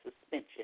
suspension